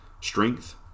strength